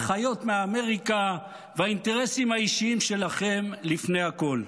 ההנחיות מאמריקה והאינטרסים האישיים שלכם לפני הכול.